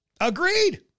Agreed